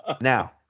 Now